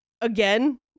Again